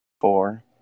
four